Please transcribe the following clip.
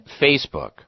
Facebook